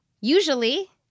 usually